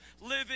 living